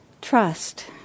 trust